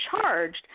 charged